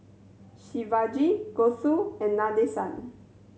Shivaji Gouthu and Nadesan